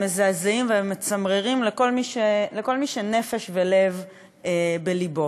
הם מזעזעים והם מצמררים כל מי שנפש ולב לו.